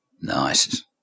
Nice